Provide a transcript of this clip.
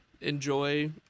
enjoy